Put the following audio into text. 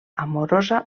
amorosa